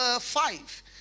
five